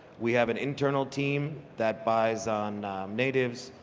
we have an internal team that buys on natives,